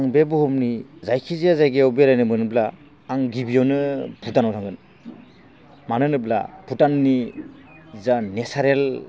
आं बे बुहुमनि जायखि जाया जायगायाव बेरायनो मोनोब्ला आं गिबियावनो भुटानआव थांगोन मानो होनोब्ला भुटाननि जा नेसारेल